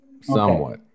Somewhat